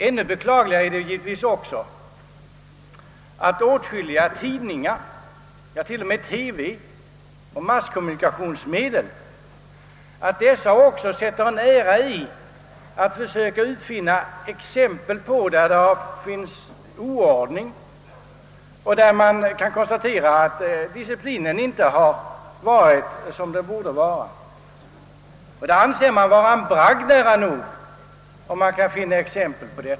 Ännu beklagligare är det givetvis att åtskilliga tidningar och t.o.m. masskommunikationsmedel som TV sätter en ära i att försöka finna exempel på oordning och på att disciplinen inte är som den borde vara. Det anser de nästan vara en bragd.